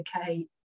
okay